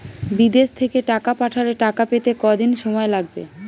বিদেশ থেকে টাকা পাঠালে টাকা পেতে কদিন সময় লাগবে?